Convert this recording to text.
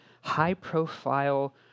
high-profile